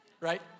Right